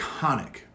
iconic